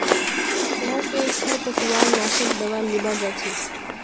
शहर स खरपतवार नाशक दावा लीबा जा छि